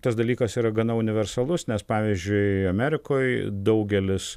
tas dalykas yra gana universalus nes pavyzdžiui amerikoj daugelis